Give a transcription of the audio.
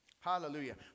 Hallelujah